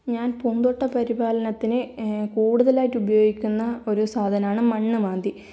ഞാൻ പൂന്തോട്ട പരിപാലനത്തിന് കൂടുതലായിട്ട് ഉപയോഗിക്കുന്ന ഒരു സാധനമാണ് മണ്ണ് മാന്തി